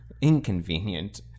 inconvenient